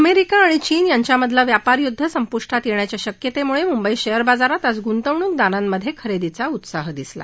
America आणि चीन यांच्यातलं व्यापार यूदध संप्ष्यात येण्याच्या शक्यतेम्ळे मुंबई शेअर बाजारात आज गृंतवणूकदारांमधे खरेदीचा उत्साह दिसला